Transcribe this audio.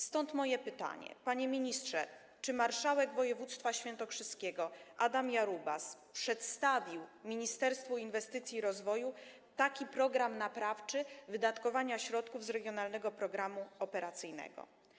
Stąd moje pytanie: Panie ministrze, czy marszałek województwa świętokrzyskiego Adam Jarubas przedstawił Ministerstwu Inwestycji i Rozwoju program naprawczy dotyczący wydatkowania środków z regionalnego programu operacyjnego?